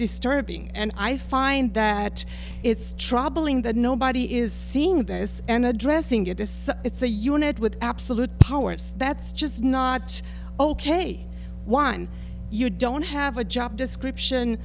disturbing and i find that it's troubling that nobody is seeing this and addressing it as such it's a unit with absolute power it's that's just not ok one you don't have a job description